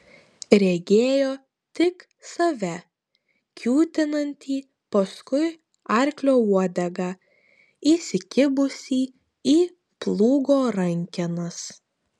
regėjo tik save kiūtinantį paskui arklio uodegą įsikibusį į plūgo rankenas